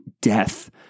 death